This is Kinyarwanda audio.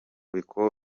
bwoko